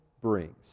brings